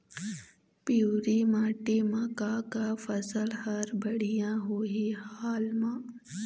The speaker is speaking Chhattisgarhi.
पिवरी माटी म का का फसल हर बढ़िया होही हाल मा?